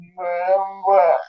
member